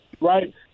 right